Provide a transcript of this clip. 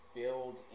build